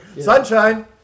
sunshine